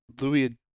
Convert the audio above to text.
louis